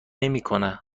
نمیکنه